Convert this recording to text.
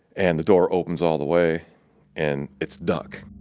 and the door opens all the way and it's duck,